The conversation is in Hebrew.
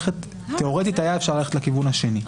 תיאורטית אפשר היה ללכת לכיוון השני,